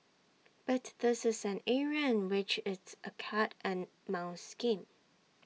but this is an area in which it's A cat and mouse game